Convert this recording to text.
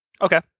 Okay